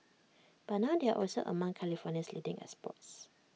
but now they are also among California's leading exports